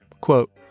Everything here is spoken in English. Quote